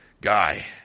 guy